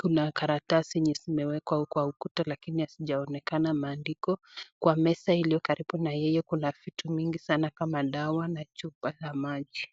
kuna karatasi zimeekwa kwa ukuta lakini kazijaonekana maandiko kwa meza iliyokaribu na yeye kuna vitu mingi kama dawa na chupa la maji.